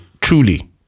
truly